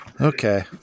Okay